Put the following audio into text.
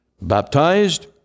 baptized